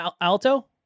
Alto